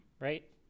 right